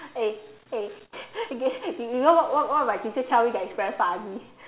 eh eh okay you know what what what my teacher tell me that's very funny